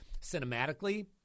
cinematically